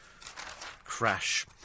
Crash